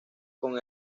con